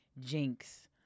jinx